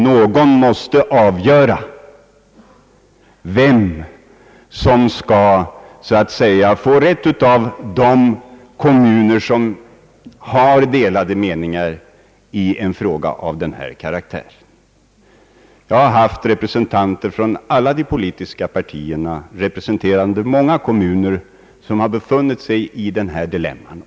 Någon måste avgöra vilken som skall få rätt av de kommuner som har delade meningar i en fråga av denna karaktär. Jag har samtalat med företrädare för alla de politiska partierna representerande många kommuner i samma di lemma.